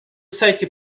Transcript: сайте